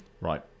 right